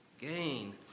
Gain